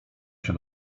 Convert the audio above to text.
się